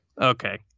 okay